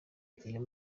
iyo